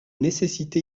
nécessité